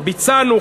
ביצענו,